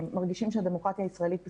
מרגישים שהדמוקרטיה הישראלית בסכנה,